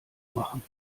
machen